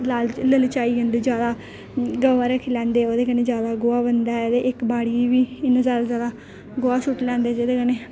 लालच ललचाई जंदे जैदा गवां रक्खी लैंदे ओह्दे कन्नै जैदा गोहा बनदा ऐ ते इक बाड़ियै बी इन्ना जैदा जैदा गोहा सु'ट्टी लैंदे जेह्दे कन्नै